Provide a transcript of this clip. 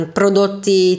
prodotti